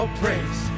praise